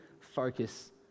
focus